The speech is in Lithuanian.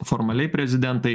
formaliai prezidentai